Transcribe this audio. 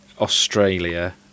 Australia